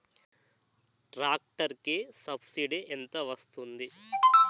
Tractor కి subsidy ఎంత వస్తుంది?